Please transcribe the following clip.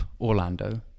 Orlando